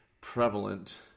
prevalent